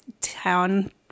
town